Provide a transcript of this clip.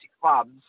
clubs